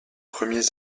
premiers